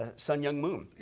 ah sun myung moon.